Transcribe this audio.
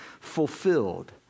fulfilled